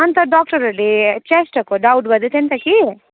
अन्त डक्टरहरूले च्येस्टहरूको डाउट गर्दैथ्यो नि त कि